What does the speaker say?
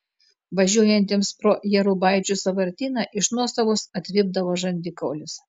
važiuojantiems pro jėrubaičių sąvartyną iš nuostabos atvipdavo žandikaulis